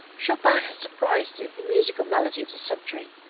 chopin has surprised the musical malady of the century.